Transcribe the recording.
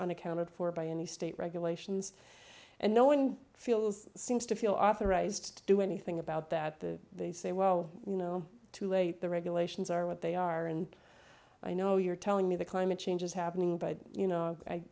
unaccounted for by any state regulations and no one feels seems to feel authorized to do anything about that the they say well you know too late the regulations are what they are and i know you're telling me that climate change is happening but you know